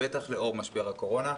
בטח לאור משבר הקורונה,